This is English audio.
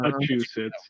Massachusetts